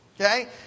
Okay